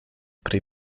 pri